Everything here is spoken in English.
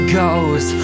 goes